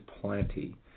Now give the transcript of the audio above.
plenty